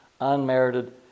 Unmerited